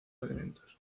alimentos